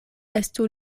estu